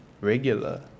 regular